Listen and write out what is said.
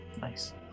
Nice